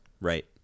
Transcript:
Right